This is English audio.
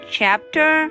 Chapter